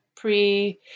pre